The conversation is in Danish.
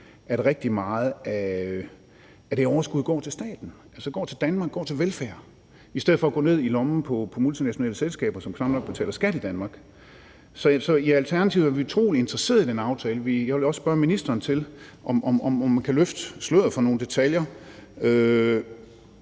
at rigtig meget af det overskud går til staten, altså at det går til Danmark, går til velfærd, i stedet for at det går ned i lommen på multinationale selskaber, som knap nok betaler skat i Danmark. Så i Alternativet er vi utrolig interesseret i den aftale. Jeg vil også spørge ministeren, om man kan løfte sløret for nogle detaljer.